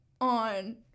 on